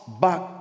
back